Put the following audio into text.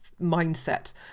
mindset